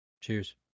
cheers